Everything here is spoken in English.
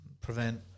prevent